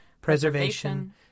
preservation